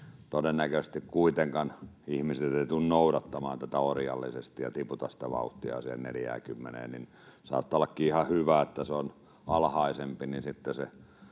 todennäköisesti kuitenkaan ihmiset eivät tule noudattamaan tätä orjallisesti ja tiputa sitä vauhtia siihen 40:een, eli saattaa olla ihan hyväkin, että se nopeus on alhaisempi,